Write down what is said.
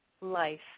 life